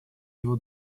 его